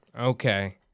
Okay